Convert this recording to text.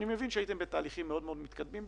אני מבין שהייתם בתהליכים מאוד מאוד מתקדמים,